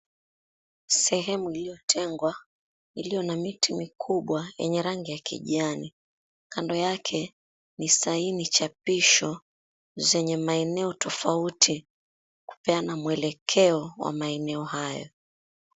Sehemu iliyotengwa, iliyo na miti mikubwa yenye rangi ya kijani. Kando yake ni sahini chapisho zenye maeneo tofauti, kupeana mwelekeo wa maeneo hayo.